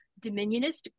dominionist